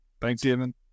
Thanksgiving